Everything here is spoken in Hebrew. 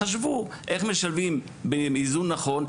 חשבו איך משלבים באיזון נכון,